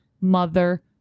mother